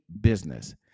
business